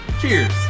cheers